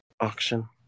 Auction